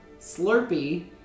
slurpee